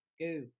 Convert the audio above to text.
go